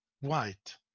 white